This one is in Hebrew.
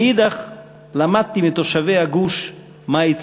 מאידך גיסא, למדתי מתושבי הגוש מהי ציונות,